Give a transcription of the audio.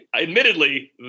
admittedly